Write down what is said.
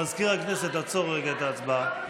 מזכיר הכנסת, עצור רגע את ההצבעה.